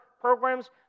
programs